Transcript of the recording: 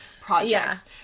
projects